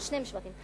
שני משפטים.